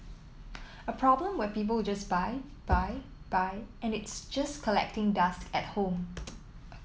a problem where people just buy buy buy and it's just collecting dust at home